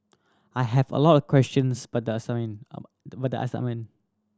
I have a lot of questions about the assignment of but the assignment